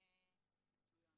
מצוין.